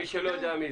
למי שלא יודע.